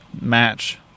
match